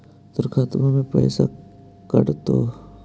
तोर खतबा से पैसा कटतो?